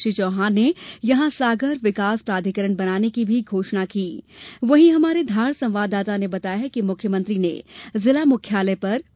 श्री चौहान ने यहां सागर विकास प्राधिकरण बनाने की भी वहीं हमारे धार संवाददाता ने बताया कि मुख्यमंत्री ने जिला मुख्यालय घोषणा की